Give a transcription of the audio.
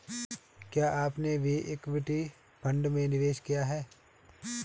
क्या आपने भी इक्विटी फ़ंड में निवेश किया है?